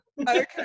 Okay